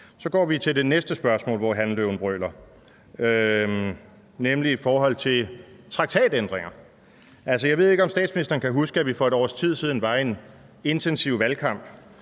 Så går vi til det næste spørgsmål om noget, hanløven brøler om, nemlig traktatændringer. Altså, jeg ved ikke, om statsministeren kan huske, at vi for et års tid siden var i en intensiv valgkamp,